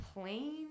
plain